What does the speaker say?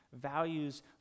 Values